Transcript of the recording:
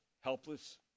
helpless